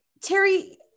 Terry